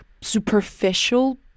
superficial